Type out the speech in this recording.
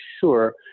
sure